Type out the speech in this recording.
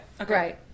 Okay